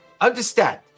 understand